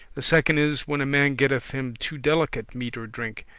the second is, when a man getteth him too delicate meat or drink.